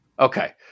Okay